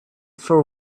for